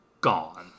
Gone